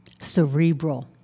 cerebral